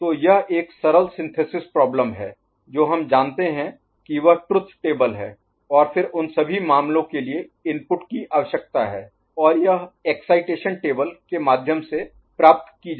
तो यह एक सरल सिंथेसिस प्रॉब्लम हैं जो हम जानते हैं कि वह ट्रुथ टेबल है और फिर उन सभी मामलों के लिए इनपुट की आवश्यकता है और यह एक्साइटेशन टेबल के माध्यम से प्राप्त की जाती है